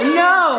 no